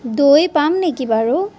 দৈ পাম নেকি বাৰু